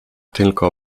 tylko